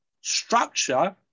structure